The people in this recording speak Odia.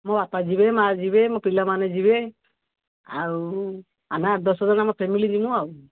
ମୋ ବାପା ଯିବେ ମାଆ ଯିବେ ମୋ ପିଲାମାନେ ଯିବେ ଆଉ ଆମେ ଆଠ ଦଶ ଜଣ ଆମ ଫ୍ୟାମିଲୀ ଯିବୁ ଆଉ